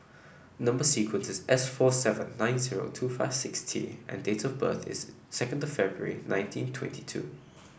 number sequence is S four seven nine zero two five six T and date of birth is second February nineteen twenty two